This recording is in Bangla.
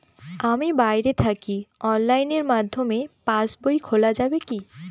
আমি বাইরে থাকি অনলাইনের মাধ্যমে পাস বই খোলা যাবে কি?